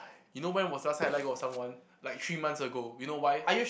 you know when was the last time I let go of someone like three months ago you know why